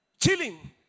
Chilling